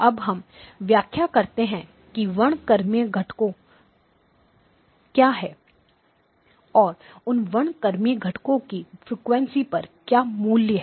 अब हम व्याख्या करते हैं कि वर्णक्रमीय घटको क्या है और उन वर्णक्रमीय घटको की फ्रीक्वेंसी पर क्या मूल्य हैं